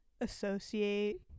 associate